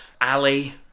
Ali